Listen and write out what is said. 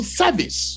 service